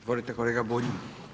Izvolite kolega Bulj.